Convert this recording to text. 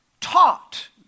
taught